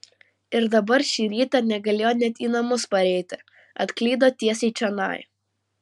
ir dabar šį rytą negalėjo net į namus pareiti atklydo tiesiai čionai